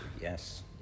Yes